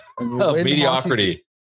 Mediocrity